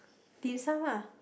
Dim-Sum lah